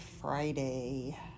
Friday